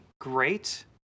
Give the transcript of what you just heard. great